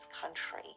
country